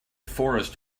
forest